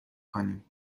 کنیم